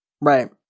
Right